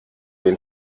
den